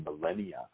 millennia